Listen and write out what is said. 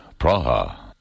Praha